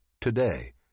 today